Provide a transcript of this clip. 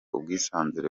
ubwisanzure